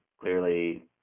clearly